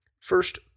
first